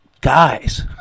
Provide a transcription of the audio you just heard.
guys